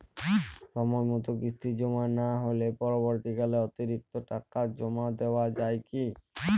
সময় মতো কিস্তি জমা না হলে পরবর্তীকালে অতিরিক্ত টাকা জমা দেওয়া য়ায় কি?